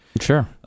Sure